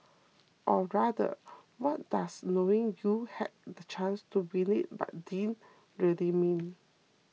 or rather what does knowing you had the chance to win it but didn't really mean